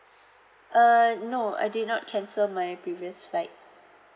uh no I did not cancel my previous flight